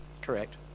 Correct